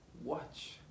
Watch